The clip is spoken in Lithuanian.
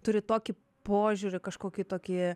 turi tokį požiūrį kažkokį tokį